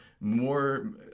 more